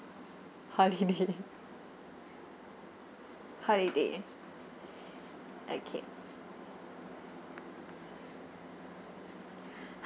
holiday holiday okay